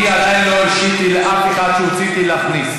אני עדיין לא הרשיתי לאף אחד מאלה שהוצאתי להיכנס.